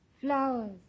flowers